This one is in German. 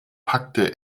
packte